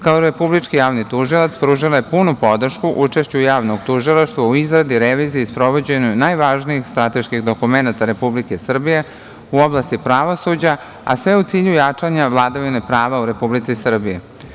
Kao Republički javni tužilac pružila je punu podršku učešću Javnog tužilaštva u izradi, reviziji i sprovođenju najvažnijih strateških dokumenata Republike Srbije u oblasti pravosuđa, a sve u cilju jačanja vladavine prava u Republici Srbiji.